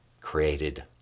created